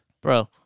bro